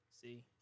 See